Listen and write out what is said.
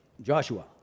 Joshua